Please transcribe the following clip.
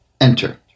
enter